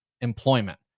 employment